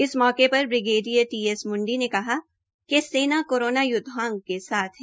इस मौके पर ब्रिगेडीयर टी एस मुंडी ने कहा कि सेना के कोरोना योद्वाओं के साथ है